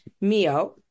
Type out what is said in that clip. Mio